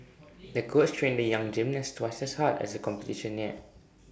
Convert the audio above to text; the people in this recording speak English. the coach trained the young gymnast twice as hard as the competition neared